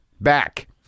back